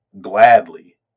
gladly